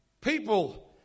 people